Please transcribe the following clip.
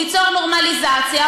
ליצור נורמליזציה?